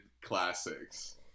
classics